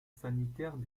sanitaire